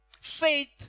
Faith